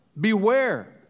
beware